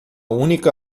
única